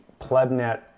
Plebnet